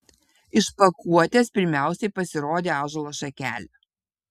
iš pakuotės pirmiausiai pasirodė ąžuolo šakelė